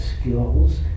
skills